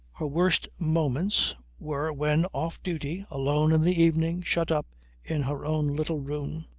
her worst moments were when off duty alone in the evening, shut up in her own little room,